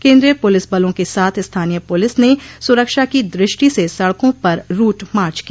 केन्द्रीय पुलिस बलों के साथ स्थानीय पुलिस ने सुरक्षा की दृष्टि से सड़कों पर रूट मार्च किया